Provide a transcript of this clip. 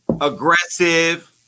aggressive